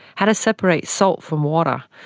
how to separate salt from water,